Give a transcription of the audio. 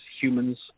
humans